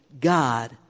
God